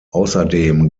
außerdem